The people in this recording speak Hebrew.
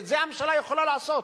את זה הממשלה יכולה לעשות,